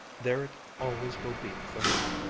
there it always will be for me,